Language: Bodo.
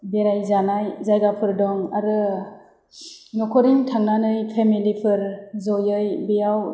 बेराय जानाय जायगाफोर दं आरो नखरैनो थांनानै पेमिलिफोर जयै बेयाव